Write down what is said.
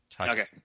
Okay